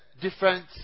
different